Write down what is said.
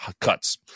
Cuts